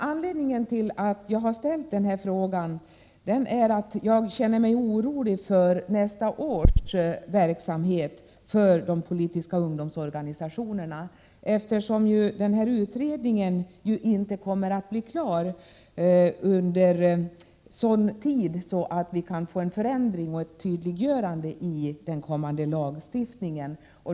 Anledningen till att jag ställt denna fråga är emellertid att jag känner oro inför nästa års verksamhet för de politiska ungdomsorganisationerna. Den pågående utredningen kommer ju inte att vara klar inom en sådan tid att vi kan få till stånd en förändring och ett tydliggörande i den kommande lagstiftningen.